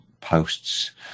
posts